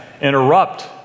interrupt